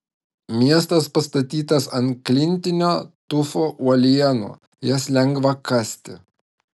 miestas pastatytas ant klintinio tufo uolienų jas lengva kasti